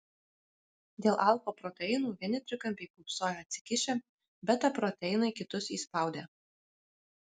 dėl alfa proteinų vieni trikampiai pūpsojo atsikišę beta proteinai kitus įspaudė